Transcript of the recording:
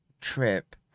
trip